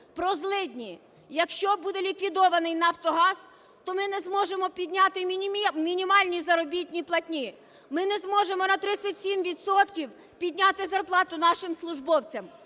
про злидні. Якщо буде ліквідований "Нафтогаз", то ми не зможемо підняти мінімальні заробітні платні, ми не зможемо на 37 відсотків підняти зарплату нашим службовцям,